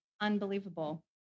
unbelievable